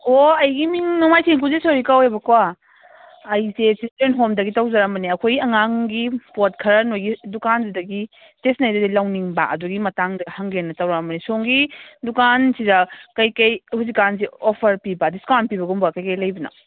ꯑꯣ ꯑꯩꯒꯤ ꯃꯤꯡ ꯅꯣꯡꯃꯥꯏꯊꯦꯝ ꯀꯨꯟꯖꯦꯁꯣꯔꯤ ꯀꯧꯋꯦꯕꯀꯣ ꯑꯩꯁꯦ ꯆꯤꯜꯗ꯭ꯔꯦꯟ ꯍꯣꯝꯗꯒꯤ ꯇꯧꯖꯔꯛꯑꯝꯕꯅꯦ ꯑꯩꯈꯣꯏ ꯑꯉꯥꯡꯒꯤ ꯄꯣꯠ ꯈꯔ ꯅꯣꯏꯒꯤ ꯗꯨꯀꯥꯟꯗꯨꯗꯒꯤ ꯏꯁꯇꯦꯁꯟꯅꯔꯤꯗꯨꯗꯒꯤ ꯂꯧꯅꯤꯡꯕ ꯑꯗꯨꯒꯤ ꯃꯇꯥꯡꯗ ꯍꯪꯒꯦꯅ ꯇꯧꯔꯛꯑꯝꯕꯅꯦ ꯁꯣꯝꯒꯤ ꯗꯨꯀꯥꯟꯁꯤꯗ ꯀꯩꯀꯩ ꯍꯧꯖꯤꯛ ꯀꯥꯟꯁꯦ ꯑꯣꯐꯔ ꯄꯤꯕ ꯗꯤꯁꯀꯥꯎꯟ ꯄꯤꯕꯒꯨꯝꯕ ꯀꯩꯀꯩ ꯂꯩꯕꯅꯣ